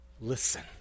listen